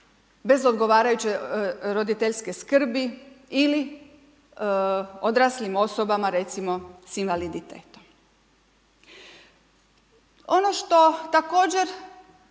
bez odgovarajuće roditeljske skrbi ili odraslim osobama recimo s invaliditetom. Ono što također